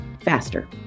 faster